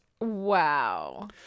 Wow